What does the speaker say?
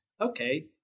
okay